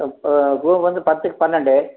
room வந்து பத்துக்கு பன்னெண்டு